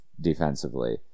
defensively